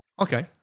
okay